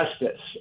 justice